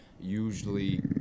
usually